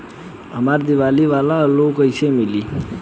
हमरा दीवाली वाला लोन कईसे मिली?